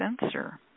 sensor